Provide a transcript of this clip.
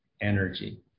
energy